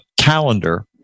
calendar